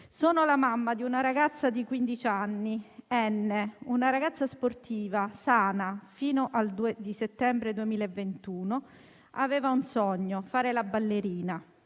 «Sono la mamma di una ragazza di quindici anni, N , una ragazza sportiva, sana che fino al 2 di settembre 2021 aveva un sogno, fare la ballerina.